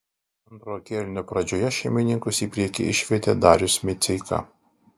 antrojo kėlinio pradžioje šeimininkus į priekį išvedė darius miceika